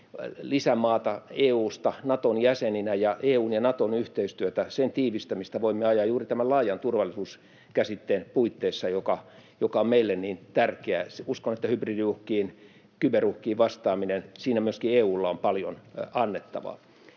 lisämaata EU:sta Naton jäseninä, ja EU:n ja Naton yhteistyötä, sen tiivistämistä, voimme ajaa juuri tämän laajan turvallisuuskäsitteen puitteissa, joka on meille niin tärkeä. Uskon, että hybridiuhkiin, kyberuhkiin, vastaamisessa myöskin EU:lla on paljon annettavaa.